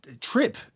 trip